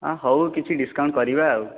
ଅ ହଉ କିଛି ଡିସକାଉଣ୍ଟ କରିବା ଆଉ